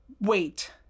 wait